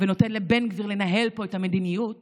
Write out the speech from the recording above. ונותן לבן גביר לנהל פה את המדיניות